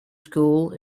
school